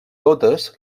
totes